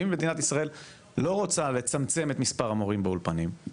ואם מדינת ישראל לא רוצה לצמצם את מס' המורים באולפנים,